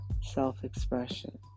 self-expression